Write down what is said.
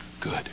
Good